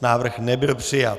Návrh nebyl přijat.